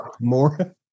more